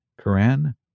Quran